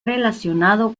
relacionado